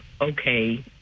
okay